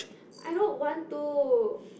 I don't want to